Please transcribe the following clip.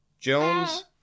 Jones